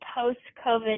post-COVID